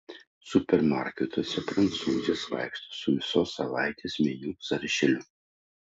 supermarketuose prancūzės vaikšto su visos savaitės meniu sąrašėliu